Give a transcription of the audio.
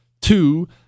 two